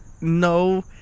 No